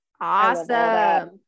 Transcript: Awesome